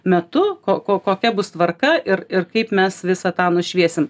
metu ko kokia bus tvarka ir ir kaip mes visą tą nušviesim